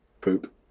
poop